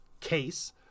case